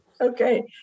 okay